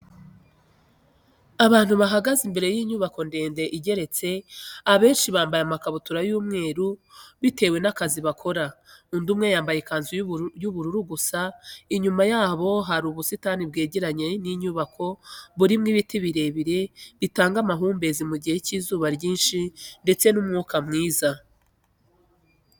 Abantu bahagaze imbere y'inyubako ndende igeretse abenshi bambaye amataburiya y'umweru bitewe n'akazi bakora, undi muntu umwe yambaye ikanzu y'ubururu gusa, inyuma yabo hari ubusitani bwegereye inyubako burimo ibiti birebire bitanga amahumbezi mu gihe cy'izuba ryinshi ndetse n'umwuka mwiza.